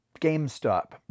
gamestop